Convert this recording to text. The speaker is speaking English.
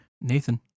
Nathan